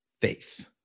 faith